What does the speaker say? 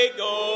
go